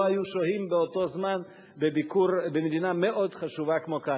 לא היו שוהים באותו זמן בביקור במדינה מאוד חשובה כמו קנדה.